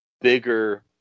bigger